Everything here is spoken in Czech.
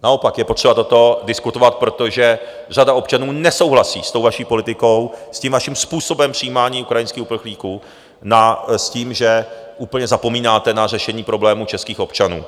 Naopak je potřeba toto diskutovat, protože řada občanů nesouhlasí s tou vaší politikou, s tím vaším způsobem přijímání ukrajinských uprchlíků, s tím, že úplně zapomínáte na řešení problémů českých občanů.